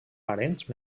parents